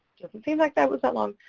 doesn't seem like that was that long.